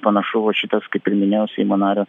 panašu vat šitas kaip ir minėjau seimo nario